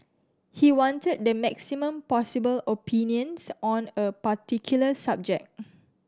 he wanted the maximum possible opinions on a particular subject